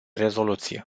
rezoluție